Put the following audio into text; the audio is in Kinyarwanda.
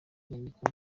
inyandiko